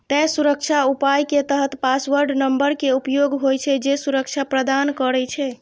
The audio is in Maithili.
तें सुरक्षा उपाय के तहत पासवर्ड नंबर के उपयोग होइ छै, जे सुरक्षा प्रदान करै छै